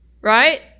right